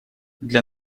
для